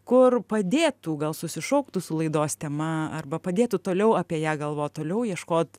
kur padėtų gal susišauktų su laidos tema arba padėtų toliau apie ją galvot toliau ieškot